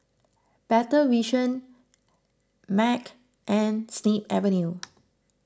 Better Vision Mag and Snip Avenue